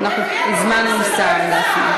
אין שר.